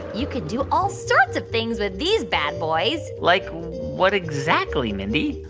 you could do all sorts of things with these bad boys like what exactly, mindy?